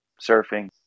surfing